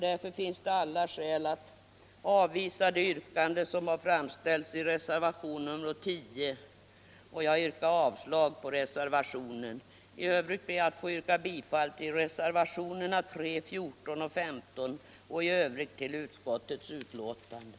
Det finns alla skäl att avvisa det yrkande som framställts i reservationen 10. Jag ber att få yrka bifall till reservationerna 3, 14 och 15 och i övrigt till utskottets förslag.